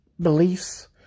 beliefs